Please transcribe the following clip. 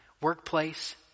workplace